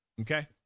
Okay